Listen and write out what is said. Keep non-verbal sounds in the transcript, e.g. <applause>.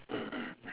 <coughs>